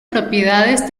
propiedades